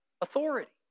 authority